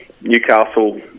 Newcastle